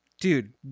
Dude